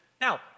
Now